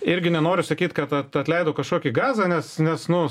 irgi nenoriu sakyt kad atleido kažkokį gazą nes nes nu